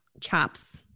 chops